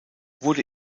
wurde